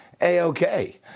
A-OK